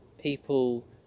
people